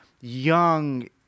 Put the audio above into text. young